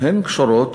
קשורים